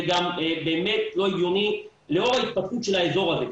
זה גם באמת לא הגיוני לאור ההתפתחות של האזור הזה.